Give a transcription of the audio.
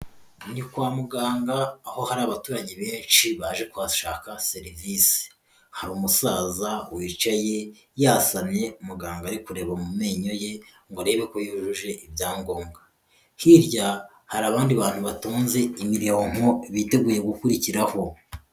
Ni kwa muganga aho hari abaturage benshi baje kuhashaka serivisi, hari umusaza wicaye yasamye muganga ari kureba mu menyo ye ngo arebe ko yujuje ibyangombwa. Hirya hari abandi bantu batonze imirongo biteguye gukurikiraho.